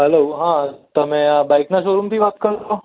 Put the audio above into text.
hello હા તમે બાઇકના શોરૂમથી વાત કરો છો